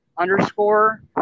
Underscore